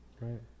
right